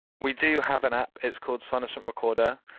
we do have an app, it's called sonocent recorder.